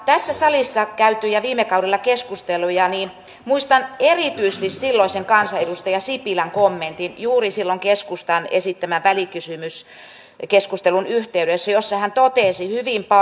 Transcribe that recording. tässä salissa viime kaudella käytyjä keskusteluja niin muistan erityisesti silloisen kansanedustaja sipilän kommentin juuri silloin keskustan esittämän välikysymyskeskustelun yhteydessä jossa hän totesi hyvin